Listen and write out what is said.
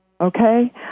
Okay